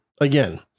again